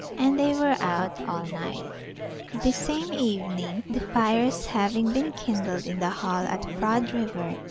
and they were out all night the same evening, the fires having been kindled in the hall at frod river,